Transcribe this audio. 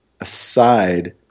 aside